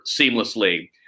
seamlessly